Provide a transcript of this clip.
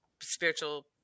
spiritual